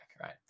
right